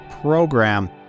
program